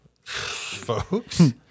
Folks